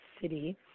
city